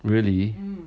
really